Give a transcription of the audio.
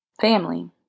Family